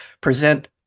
present